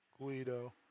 Guido